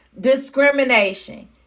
discrimination